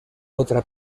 otra